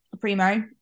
primo